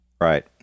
Right